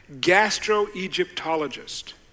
gastro-Egyptologist